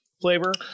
flavor